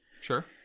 sure